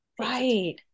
right